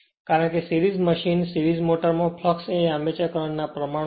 કારણ કે series machine series મોટરમાં ફ્લક્ષ એ આર્મચર કરંટ ના પ્રમાણમાં છે